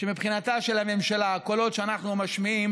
שמבחינתה של הממשלה הקולות שאנחנו משמיעים